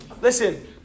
listen